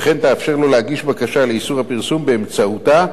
וכן תאפשר לו להגיש בקשה לאיסור הפרסום באמצעותה,